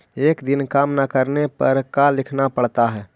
एक दिन काम न करने पर का लिखना पड़ता है?